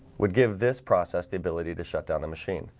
would give this process the ability to shut down the machine,